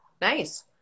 Nice